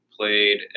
played